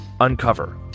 Uncover